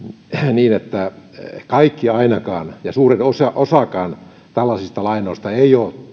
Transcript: niin että ainakaan kaikki ja suurin osakaan tällaisista lainoista ei ole